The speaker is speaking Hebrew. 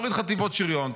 תוריד חטיבות שריון,